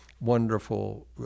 wonderful